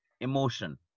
emotion